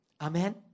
Amen